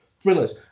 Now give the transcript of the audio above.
thrillers